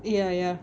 ya ya